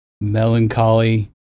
melancholy